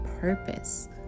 purpose